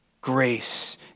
grace